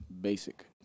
basic